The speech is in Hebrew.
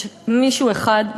יש מישהו אחד,